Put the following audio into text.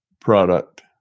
product